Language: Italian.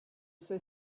suoi